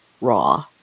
raw